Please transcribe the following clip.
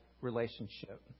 relationship